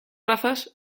razas